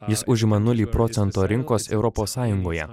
jis užima nulį procento rinkos europos sąjungoje